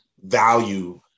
value